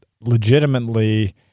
legitimately